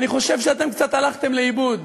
אני חושב שאתם קצת הלכתם לאיבוד: